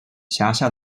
辖下